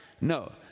No